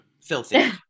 Filthy